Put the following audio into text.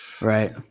right